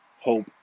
hope